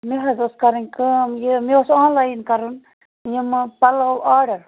مےٚ حظ ٲس کَرٕنۍ کٲم یہِ مےٚ اوس آنلایِن کَرُن یِم حظ پَلو آرڈَر